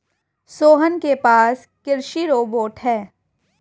सोहन के पास कृषि रोबोट है